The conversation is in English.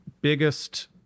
Biggest